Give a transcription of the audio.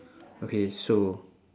okay so